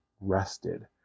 rested